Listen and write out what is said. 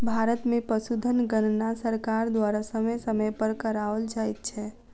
भारत मे पशुधन गणना सरकार द्वारा समय समय पर कराओल जाइत छै